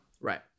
Right